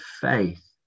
faith